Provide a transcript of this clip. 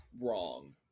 wrong